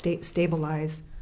stabilize